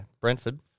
Brentford